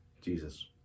Jesus